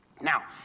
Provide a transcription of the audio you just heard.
Now